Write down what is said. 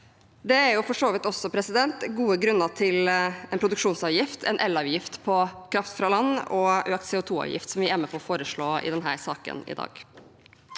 Det er for så vidt gode grunner til en produksjonsavgift, en elavgift på kraft fra land og økt CO2-avgift, som vi er med på å foreslå i dag.